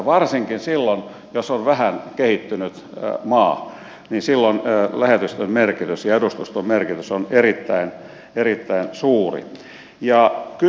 varsinkin silloin jos on vähän kehittynyt maa lähetystön merkitys ja edustuston merkitys on erittäin suuri